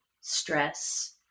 stress